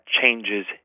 changes